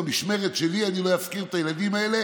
במשמרת שלי אני לא אפקיר את הילדים האלה,